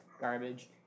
garbage